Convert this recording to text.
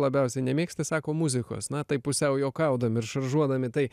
labiausiai nemėgsti sako muzikos na taip pusiau juokaudami ir šaržuodami tai